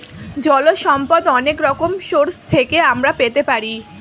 জল সম্পদ অনেক রকম সোর্স থেকে আমরা পেতে পারি